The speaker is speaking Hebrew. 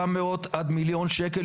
כשיכולנו בשנים האלה לבוא עם דחפור,